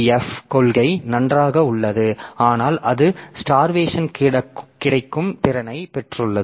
F கொள்கை நன்றாக உள்ளது ஆனால் அது ஸ்டார்வேசன் கிடக்கும் திறனைப் பெற்றுள்ளது